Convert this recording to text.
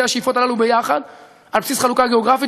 השאיפות הללו ביחד על בסיס חלוקה גיאוגרפית.